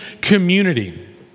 community